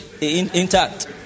intact